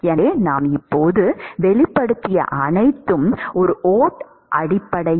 எனவே நாம் இப்போது வெளிப்படுத்திய அனைத்தும் ஒரு ஓட் அடிப்படையில்